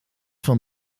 van